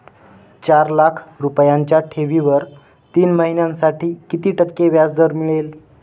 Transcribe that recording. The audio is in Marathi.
चार लाख रुपयांच्या ठेवीवर तीन महिन्यांसाठी किती टक्के व्याजदर मिळेल?